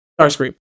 starscream